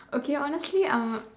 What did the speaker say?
okay honestly um